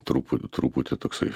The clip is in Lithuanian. truputį truputį toksai